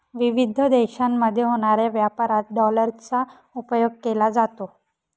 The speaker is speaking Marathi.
विविध देशांमध्ये होणाऱ्या व्यापारात डॉलरचा उपयोग केला जातो